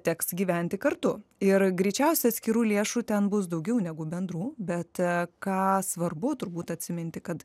teks gyventi kartu ir greičiausiai atskirų lėšų ten bus daugiau negu bendrų bet ką svarbu turbūt atsiminti kad